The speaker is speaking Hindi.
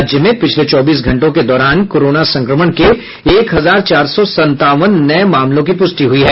राज्य में पिछले चौबीस घंटों के दौरान कोरोना संक्रमण के एक हजार चार सौ संतावन नये मामलों की पुष्टि हुई है